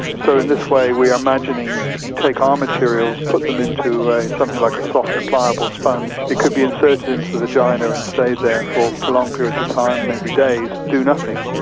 so in this way we are imagining you could take our materials, put them into something like a soft pliable sponge, it could be inserted into the vagina and stay there for prolonged periods of time, maybe days, do nothing,